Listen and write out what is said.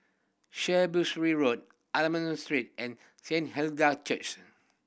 Ray Road Almond Street and